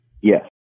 Yes